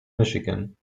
michigan